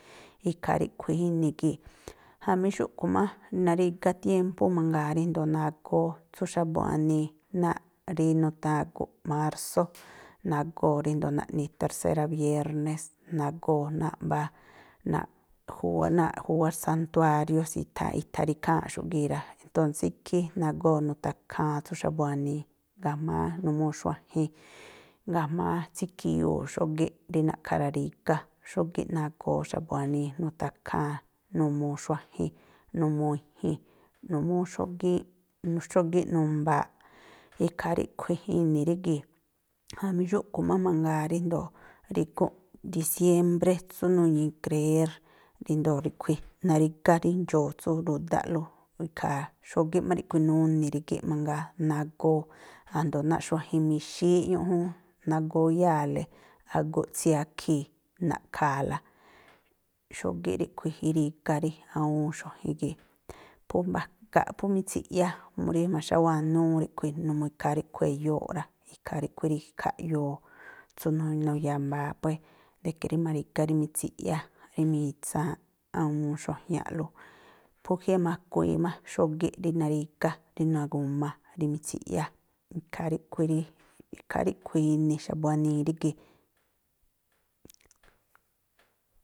Ikhaa ríꞌkhui̱ ini̱ gii̱. Jamí xúꞌkhui̱ má narígá tiémpú mangaa ríjndo̱o nagóó tsú xa̱bu̱ wanii, náa̱ꞌ rí nutháa̱n gu̱nꞌ mársó, nagóo̱ ríndo̱o naꞌni tersérá biérnés, nagóo̱ náa̱ꞌ mbá náa̱ꞌ júw náa̱ꞌ júwá santuáriós i̱tha̱an i̱tha̱ rí ikháa̱nꞌxu̱ꞌ gii̱ rá. Entónsé ikhí nagóo̱ nuthakháán tsú xa̱bu̱ wanii ga̱jma̱a numuu xuajin, ga̱jma̱a tsiakhi̱yu̱u̱, xógíꞌ rí na̱ꞌkha̱ rarígá, xógíꞌ nagóó xa̱bu̱ wanii nuthakháán numuu xuajin, numuu i̱ji̱n, numúú xógíínꞌ, xógíꞌ numbaaꞌ. Ikhaa ríꞌkhui̱ ini̱ rí gii̱. Jamí xúꞌkhui̱ má mangaa ríjndo̱o rí gu̱nꞌ disiémbré, tsú nuñi̱i kreér ríjndo̱o ríꞌkhui̱ narígá rí ndxoo̱ tsú ru̱dáꞌlú, ikhaa xógíꞌ má ríꞌkhui̱ nuni̱ rígíꞌ mangaa. Nagóo̱ a̱jndo̱o náa̱ꞌ xuajin mixííꞌ ñúꞌjúún, nagóo̱ úyáa̱le aguꞌ tsiakhi̱i̱ na̱ꞌkha̱a̱la, xógíꞌ ríꞌkhui̱ irígá rí awúún xuajin gii̱. Phú makaꞌ phú mitsiꞌyá mú rí ma̱xáwanúú ríꞌkhui̱, numuu ikhaa ríꞌkhui̱ eyóo̱ꞌ rá. Ikhaa ríꞌkhui̱ rí khaꞌyoo tsú nu nuyámbáá puée̱, de ke rí ma̱ri̱gá rí mitsiꞌyá, rí mitsaanꞌ awúún xuajñaꞌlú. Phú jiamakuíí má xógíꞌ rí narígá, rí nagu̱ma, rí mitsiꞌyá. Ikhaa ríꞌkhui̱ rí, ikhaa ríꞌkhui̱ ini̱ xa̱bu̱ wanii rí gii̱.